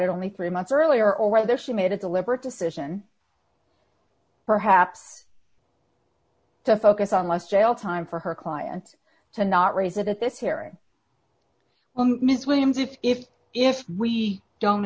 it only three months earlier or whether she made a deliberate decision perhaps to focus on less jail time for her client to not raise it at this hearing well ms williams if if if we don't